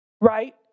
right